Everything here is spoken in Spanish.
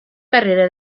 carrera